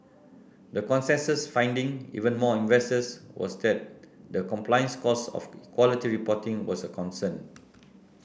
the consensus finding even among investors was that the compliance costs of quality reporting was a concern